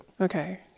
Okay